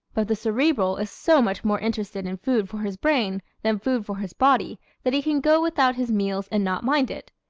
but the cerebral is so much more interested in food for his brain than food for his body that he can go without his meals and not mind it.